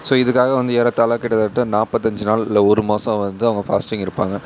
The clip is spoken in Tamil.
ஸோ இதுக்காக வந்து ஏறத்தாழ கிட்டத்தட்ட நாற்பத்தஞ்சு நாள் இல்லை ஒரு மாதம் வந்து அவங்க ஃபாஸ்ட்டிங் இருப்பாங்க